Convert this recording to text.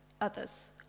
others